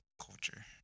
culture